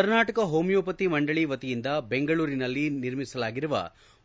Karnataka homoeopathy ಮಂಡಳ ವತಿಯಿಂದ ಬೆಂಗಳೂರಿನಲ್ಲಿ ನಿರ್ಮಿಸಲಾಗಿರುವ